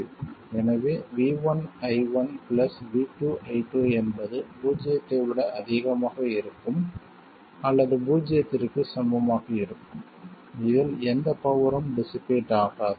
எனவே v1 i1 v2 i2 என்பது பூஜ்ஜியத்தை விட அதிகமாக இருக்கும் அல்லது பூஜ்ஜியத்திற்கு சமமாக இருக்கலாம் இதில் எந்த பவரும் டிஸ்ஸிபேட் ஆகாது